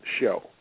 show